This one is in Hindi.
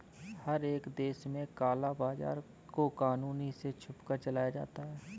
हर एक देश में काला बाजार को कानून से छुपकर चलाया जाता है